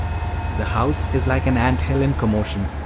the house is like an ant-hill in commotion,